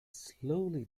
slowly